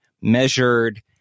measured